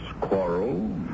quarrel